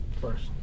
first